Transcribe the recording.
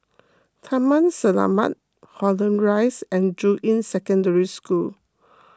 Taman Selamat Holland Rise and Juying Secondary School